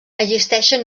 existeixen